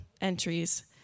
entries